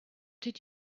did